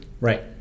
Right